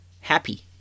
happy